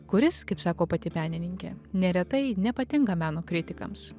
kuris kaip sako pati menininkė neretai nepatinka meno kritikams